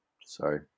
Sorry